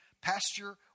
pasture